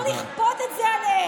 לא לכפות את זה עליהם.